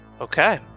Okay